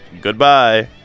goodbye